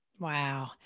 Wow